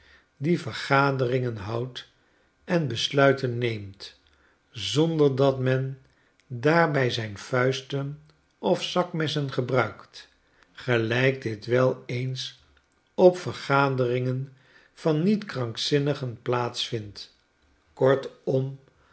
die vergaderingen houdt en besluiten neemt zonder dat men daarbij zijn vuisten of zakmessen gebruikt gelijk dit wel eens op vergaderingen van nietkrankzinnigen plaats vindt kortom